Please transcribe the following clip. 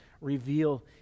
reveal